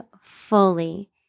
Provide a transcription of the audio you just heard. fully